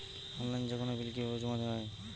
অনলাইনে যেকোনো বিল কিভাবে জমা দেওয়া হয়?